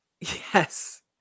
yes